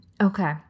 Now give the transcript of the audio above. Okay